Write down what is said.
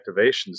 activations